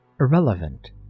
irrelevant